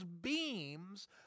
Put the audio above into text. beams